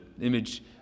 image